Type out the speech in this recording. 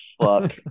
fuck